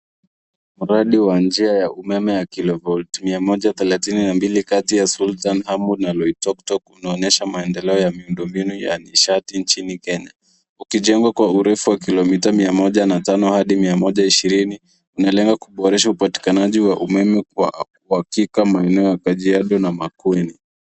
Mradi wa njia ya umeme wa kilovolt mia moja thelathini na mbili kati ya Sultan Hamu na Loitoktok unaonyesha maendeleo ya miundombinu ya nishati nchini Kenya. Ukijengwa kwa urefu wa kilomita mia moja na tano hadi mia moja ishirini unalenga kuboresha upatikanaji wa umeme kwa kufika maeneo ya Kajiado na Makueni.